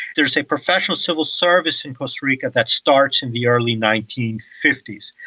there is a professional civil service in costa rica that starts in the early nineteen fifty s,